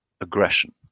aggression